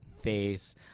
face